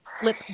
flip